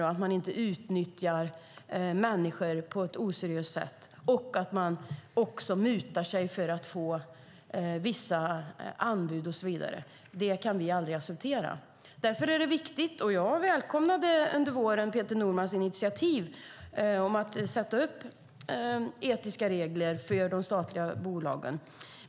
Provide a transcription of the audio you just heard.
Människor ska inte utnyttjas på ett oseriöst sätt, företagen ska inte använda sig av mutor för att få vissa anbud och så vidare. Det kan vi aldrig acceptera. Jag välkomnade att Peter Norman i våras tog initiativ till att sätta upp etiska regler för de statliga bolagen.